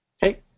Hey